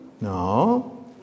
No